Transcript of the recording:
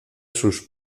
sus